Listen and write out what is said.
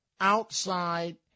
outside